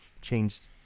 changed